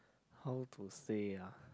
how to say ah